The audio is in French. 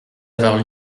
avoir